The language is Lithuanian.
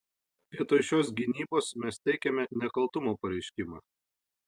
vietoj šios gynybos mes teikiame nekaltumo pareiškimą